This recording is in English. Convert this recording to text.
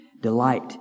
Delight